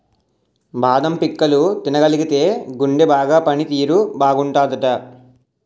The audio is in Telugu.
బాదం పిక్కలు తినగలిగితేయ్ గుండె బాగా పని తీరు బాగుంటాదట